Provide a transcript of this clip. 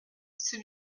c’est